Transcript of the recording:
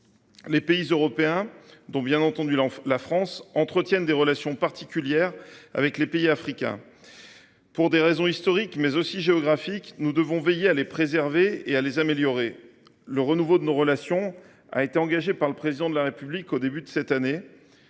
Les pays européens, notamment la France, bien entendu, entretiennent des relations particulières avec les pays africains. Pour des raisons historiques, mais aussi géographiques, nous devons veiller à les préserver et à les améliorer. Le renouveau de nos relations a été engagé par le Président de la République au début de cette année.